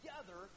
together